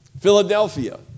Philadelphia